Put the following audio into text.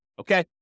Okay